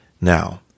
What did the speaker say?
Now